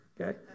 Okay